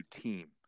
team